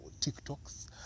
TikToks